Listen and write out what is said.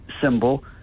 symbol